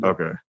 Okay